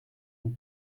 une